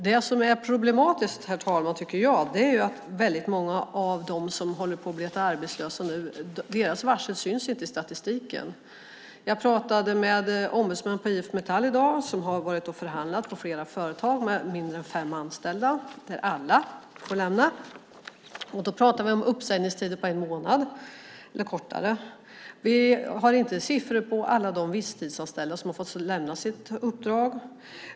Det som är problematiskt, herr talman, är att varslen för väldigt många av dem som håller på att bli arbetslösa inte syns i statistiken. Jag pratade med ombudsmän på IF Metall i dag som har varit och förhandlat på flera företag med mindre än fem anställda där alla får lämna sitt arbete. Då pratar vi om uppsägningstider på en månad eller kortare. Vi har inte siffror på alla de visstidsanställda som har fått lämna sina uppdrag.